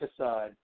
aside